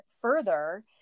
further